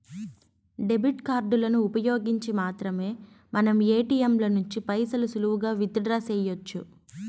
debit కార్డులను ఉపయోగించి మాత్రమే మనం ఏటియంల నుంచి పైసలు సులువుగా విత్ డ్రా సెయ్యొచ్చు